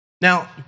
Now